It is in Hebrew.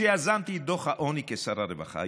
שיזמתי את דוח העוני כשר הרווחה,